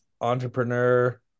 entrepreneur